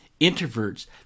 Introverts